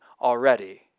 already